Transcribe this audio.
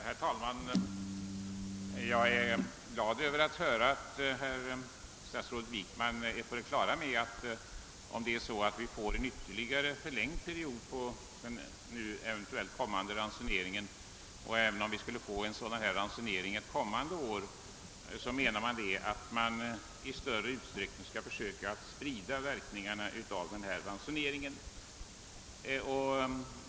Herr talman! Jag är glad över att höra att statsrådet Wickman är på det klara med att om den kommande ransoneringen förlängs eller om vi får en liknande ransonering ett annat år skall man försöka sprida verkningarna av den.